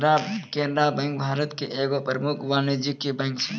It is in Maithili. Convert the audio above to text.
केनरा बैंक भारत के एगो प्रमुख वाणिज्यिक बैंक छै